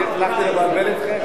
אני הצלחתי לבלבל אתכם?